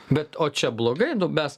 bet o čia blogai mes